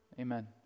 Amen